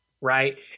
Right